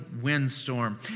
windstorm